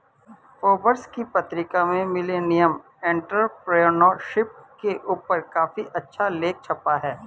Forbes की पत्रिका में मिलेनियल एंटेरप्रेन्योरशिप के ऊपर काफी अच्छा लेख छपा है